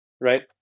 right